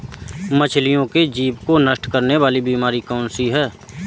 मछलियों के जीभ को नष्ट करने वाली बीमारी कौन सी है?